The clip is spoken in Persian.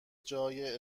جای